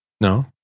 No